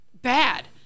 bad